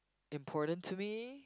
important to me